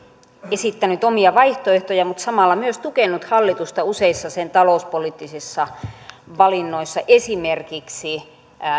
esittänyt omia vaihtoehtoja mutta samalla myös tukenut hallitusta useissa sen talouspoliittisissa valinnoissa esimerkiksi